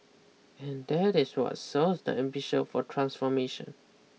and that is what sows the ambition for transformation